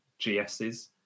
GSs